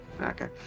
Okay